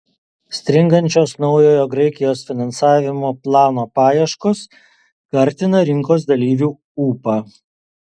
stringančios naujojo graikijos finansavimo plano paieškos kartina rinkos dalyvių ūpą